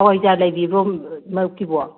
ꯍꯋꯥꯏꯖꯥꯔ ꯂꯩꯕꯤꯕ꯭ꯔꯣ ꯃꯔꯨꯞꯀꯤꯕꯣ